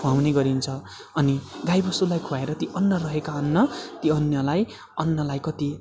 खुवाउने गरिन्छ अनि गाईबस्तुलाई खुवाएर ती अन्न रहेका अन्न ती अन्नलाई अन्नलाई कति